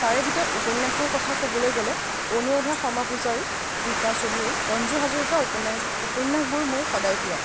তাৰে ভিতৰত উপন্যাসৰ কথা ক'বলৈ গ'লে অনুৰাধা শৰ্মা পূজাৰী ৰীতা চৌধুৰী ৰঞ্জু হাজৰিকাৰ উপন্যাস উপন্যাস বোৰ মোৰ সদায় প্ৰিয়